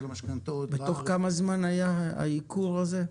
המשכנתאות --- בתוך כמה זמן היה הייקור הזה?